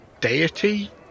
deity